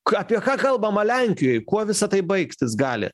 ką apie ką kalbama lenkijoj kuo visa tai baigtis gali